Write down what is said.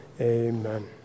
amen